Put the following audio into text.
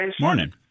Morning